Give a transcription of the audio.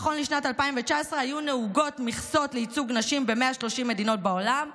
נכון לשנת 2019 היו נהוגות מכסות לייצוג נשים ב-130 מדינות בעולם,